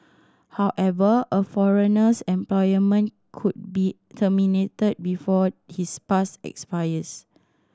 however a foreigner's employment could be terminated before his pass expires